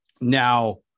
now